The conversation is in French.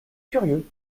curieux